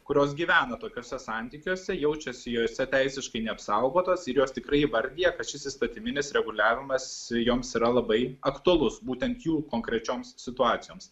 kurios gyvena tokiuose santykiuose jaučiasi jose teisiškai neapsaugotos ir jos tikrai vardija kad šis įstatyminis reguliavimas joms yra labai aktualus būtent jų konkrečioms situacijoms